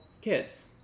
kids